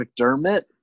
McDermott